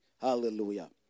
Hallelujah